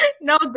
No